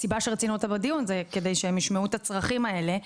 הסיבה שרצינו אותה בדיון זה כדי שהם ישמעו את הצרכים האלה.